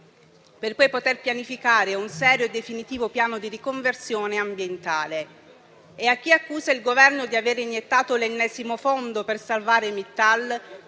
per poi poter pianificare un serio e definitivo piano di riconversione ambientale. A chi accusa il Governo di avere iniettato l'ennesimo fondo per salvare Mittal,